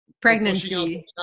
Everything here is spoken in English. pregnancy